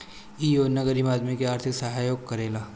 इ योजना गरीब आदमी के आर्थिक सहयोग करेला